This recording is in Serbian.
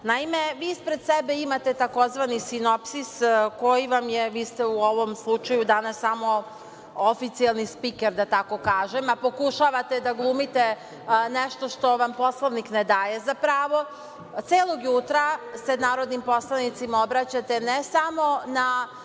vi ispred sebe imate tzv. sinopsis koji vam je, vi ste u ovom slučaju danas samo oficijalni spiker, da tako kažem, a pokušavate da glumite nešto što vam Poslovnik ne daje za pravo, celog jutra se narodnim poslanici obraćate, ne samo na